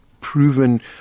proven